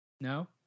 No